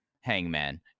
Hangman